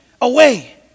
away